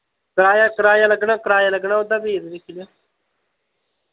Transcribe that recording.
कराया कराया लग्गना कराया लग्गना उ'दा फ्ही ते दिक्खी लैओ